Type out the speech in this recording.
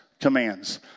commands